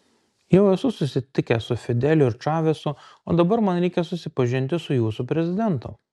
jau esu susitikęs su fideliu ir čavesu o dabar man reikia susipažinti su jūsų prezidentu